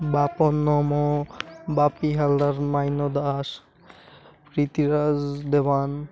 ବାପନ ନମ ବାପି ହାଲଦାର ମାଇନ ଦାସ ପ୍ରୀତିରାଜ ଦେୱାନ